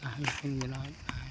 ᱠᱟᱦᱱᱤ ᱠᱚᱧ ᱵᱮᱱᱟᱣᱮᱫ ᱛᱟᱦᱮᱫ